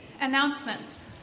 announcements